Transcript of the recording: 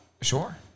Sure